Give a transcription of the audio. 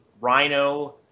rhino